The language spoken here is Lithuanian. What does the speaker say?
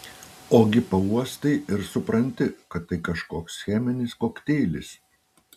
ogi pauostai ir supranti kad tai kažkoks cheminis kokteilis